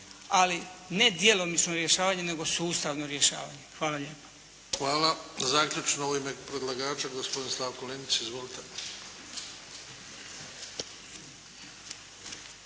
Ali ne djelomično rješavanje, nego sustavno rješavanje. Hvala lijepa. **Bebić, Luka (HDZ)** Hvala. Zaključno u ime predlagača gospodin Slavko Linić. Izvolite.